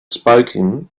spoken